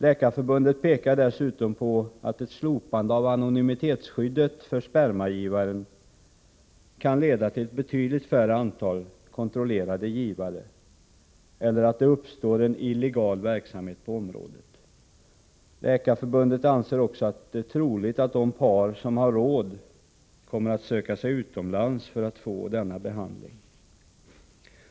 Läkarförbundet pekar dessutom på att ett slopande av anonymitetsskyddet för spermagivaren kan leda till att det blir betydligt färre kontrollerade givare, eller att det uppstår en illegal verksamhet på området. Läkarförbundet anser också att det är troligt att de par som har råd kommer att söka sig utomlands för att få denna behandling.